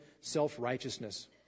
self-righteousness